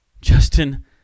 Justin